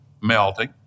melting